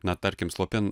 na tarkim slopin